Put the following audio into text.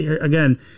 again